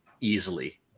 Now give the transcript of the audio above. easily